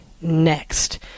next